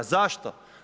Zašto?